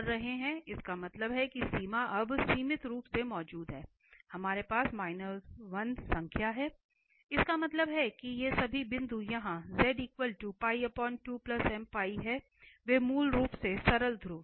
इसका मतलब है कि यह सीमा अब सीमित रूप से मौजूद है हमारे पास 1 संख्या है इसका मतलब है कि ये सभी बिंदु यहां हैं वे मूल रूप से सरल ध्रुव हैं